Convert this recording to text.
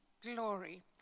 glory